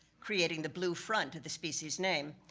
creating the blue front of the species name.